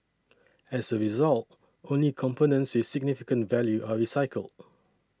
as a result only components with significant value are recycled